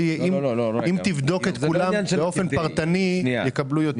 אם תבדוק את כולם באופן פרטני הם יקבלו יותר.